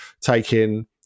taking